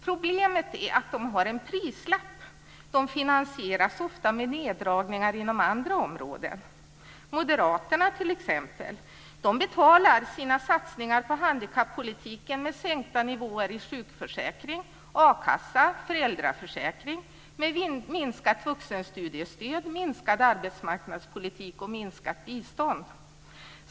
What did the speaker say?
Problemet är att de har en prislapp. De finansieras ofta med neddragningar på andra områden. Moderaterna t.ex. betalar sina satsningar på handikappolitiken med sänkta nivåer i sjukförsäkring, a-kassa och föräldraförsäkring, med minskat vuxenstudiestöd, minskad arbetsmarknadspolitik och med minskat bistånd.